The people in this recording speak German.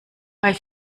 bei